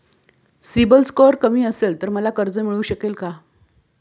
CIBIL score कमी असेल तर मला कर्ज मिळू शकेल का?